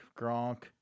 Gronk